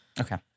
okay